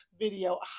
video